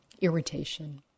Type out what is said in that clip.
irritation